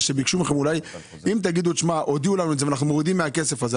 אם תאמרו שהודיעו לכם ואתם מורידים מהכסף הזה,